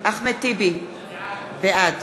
אחמד טיבי, בעד